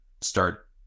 start